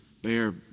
Bear